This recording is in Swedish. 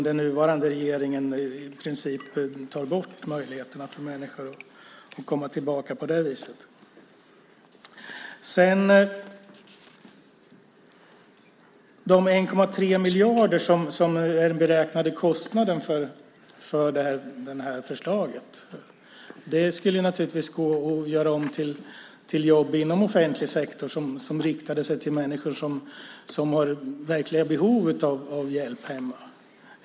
Den nuvarande regeringen tar i princip bort möjligheterna för människor att komma tillbaka på det viset. Den beräknade kostnaden för förslaget är 1,3 miljarder. Med de pengarna skulle man kunna skapa jobb inom offentlig sektor som riktade sig till människor som har verkliga behov av hjälp hemma.